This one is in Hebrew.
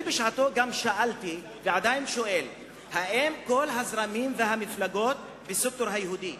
אני גם שאלתי ועדיין אני שואל: האם כל הזרמים והמפלגות בסקטור היהודי